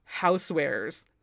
housewares